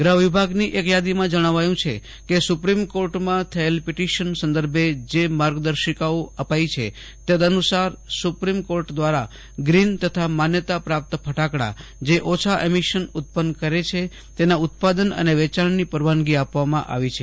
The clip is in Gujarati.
ગૃહ વિભાગની એક યાદીમાં જણાવ્યું છે કે સુપ્રિમ કોર્ટમાં થયેલ પીટીશન સંદર્ભે જે માર્ગદર્શિકાઓ અપાઇ છે તદઅનુસાર સુપ્રિમ કોર્ટ દ્વારા ગ્રીન તથા માન્યતા પ્રાપ્ત ફટાકડા જે ઓછા એમિશન ઉત્પન્ન કરે છે તેનાં ઉત્પાદન અને વેચાજ઼ની પરવાનગી આપવામાં આવી છે